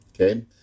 okay